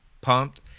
pumped